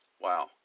Wow